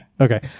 Okay